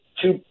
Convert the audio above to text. two